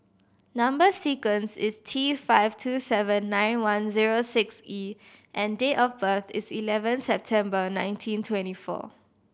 number sequence is T five two seven nine one zero six E and date of birth is eleven September nineteen twenty four